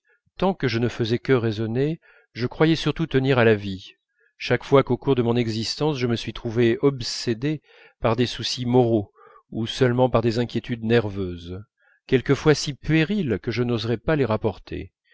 tant que je ne faisais que raisonner je croyais surtout tenir à la vie chaque fois qu'au cours de mon existence je me suis trouvé obsédé par des soucis moraux ou seulement par des inquiétudes nerveuses quelquefois si puériles que je n'oserais pas les rapporter